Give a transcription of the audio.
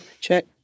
Check